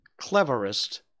cleverest